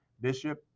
bishop